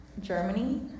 Germany